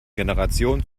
generation